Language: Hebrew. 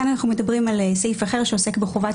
כ אן אנחנו מדברים על סעיף אחר שעוסק בחובת